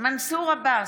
מנסור עבאס,